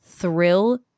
thrill